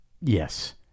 Yes